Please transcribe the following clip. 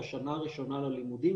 בשנה הראשונה ללימודים,